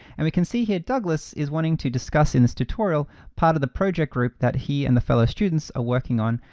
and we can see here douglas is wanting to discuss in this tutorial part of the project group that he and the fellow students are working on,